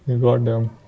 Goddamn